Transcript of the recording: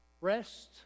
rest